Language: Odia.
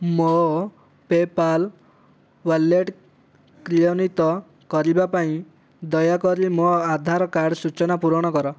ମୋ ପେ'ପାଲ୍ ୱାଲେଟ୍ କ୍ରିୟାନ୍ଵିତ କରିବା ପାଇଁ ଦୟାକରି ମୋ ଆଧାର କାର୍ଡ଼ ସୂଚନା ପୂରଣ କର